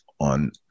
on